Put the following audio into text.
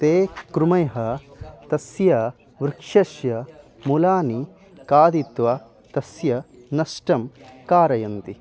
ते कृमयः तस्य वृक्षस्य मूलानि खादित्वा तस्य नष्टं कारयन्ति